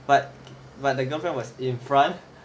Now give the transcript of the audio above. but the girlfriend was in front